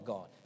God